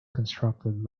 constructed